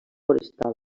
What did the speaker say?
forestal